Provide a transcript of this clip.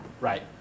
Right